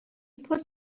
put